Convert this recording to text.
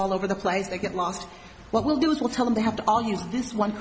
all over the place they get lost what we'll do is we'll tell them they have to all use this one